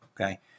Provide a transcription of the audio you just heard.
okay